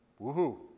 woohoo